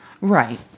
Right